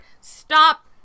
stop